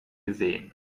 gesehen